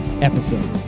episode